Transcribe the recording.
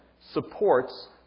supports